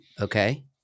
okay